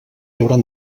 hauran